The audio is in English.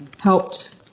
Helped